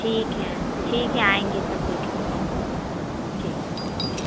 ठीक है ठीक है आएँगे तब देखने के लिए ठीक ठीक